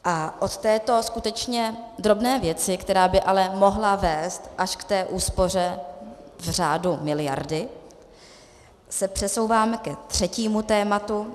A od této skutečně drobné věci, která by ale mohla vést až k té úspoře v řádu miliardy, se přesouvám ke třetímu tématu.